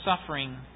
suffering